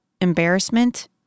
embarrassment